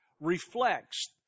reflects